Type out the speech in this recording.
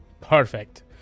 Perfect